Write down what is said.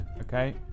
okay